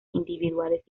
individuales